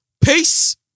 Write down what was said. Peace